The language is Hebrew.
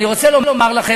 אני רוצה לומר לכם,